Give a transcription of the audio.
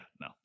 no